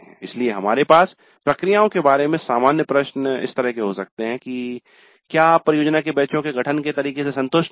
इसलिए हमारे पास प्रक्रियाओं के बारे में सामान्य प्रश्न हो सकते हैं कि क्या आप परियोजना के बैचों के गठन के तरीके से संतुष्ट हैं